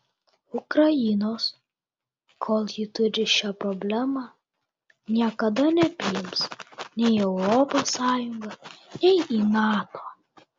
ukrainos kol ji turi šią problemą niekada nepriims nei į europos sąjungą nei į nato